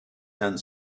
and